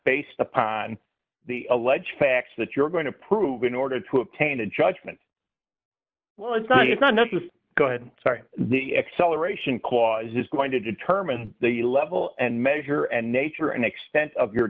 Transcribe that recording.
based upon the alleged facts that you're going to prove in order to obtain a judgment well it's not enough to say go ahead sorry the acceleration clause is going to determine the level and measure and nature and extent of your